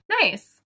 nice